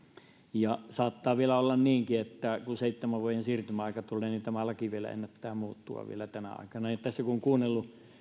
ja saattaa vielä olla niinkin että kun seitsemän vuoden siirtymäaika tulee niin tämä laki vielä ennättää muuttua tänä aikana tässä kun on kuunnellut